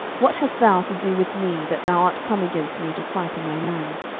what hast thou to do with me, that thou art come against me to fight in my land?